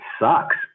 sucks